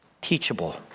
teachable